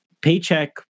paycheck